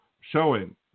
showing